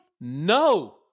No